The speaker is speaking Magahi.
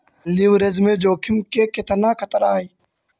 लिवरेज में जोखिम के केतना खतरा हइ?